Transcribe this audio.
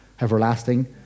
everlasting